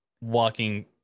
walking